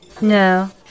No